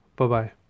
Bye-bye